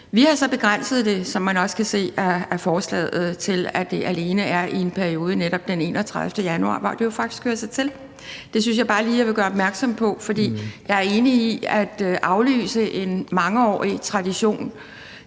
Vi har begrænset det, som man også kan se af forslaget, til, at det alene skal være lovligt i en periode, netop den 31. december, hvor det jo faktisk hører sig til. Det synes jeg bare lige jeg vil gøre opmærksom på. For jeg er enig: Det at aflyse en mangeårig tradition